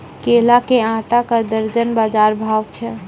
केला के आटा का दर्जन बाजार भाव छ?